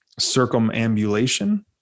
circumambulation